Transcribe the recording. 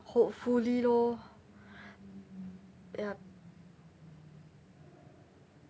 hopefully lor yup